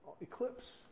eclipse